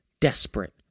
Desperate